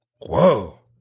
Whoa